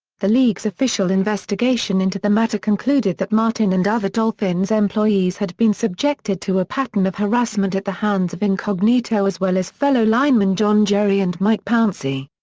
the league's official investigation into the matter concluded that martin and other dolphins employees had been subjected to a pattern of harassment at the hands of incognito as well as fellow linemen john jerry and mike pouncey.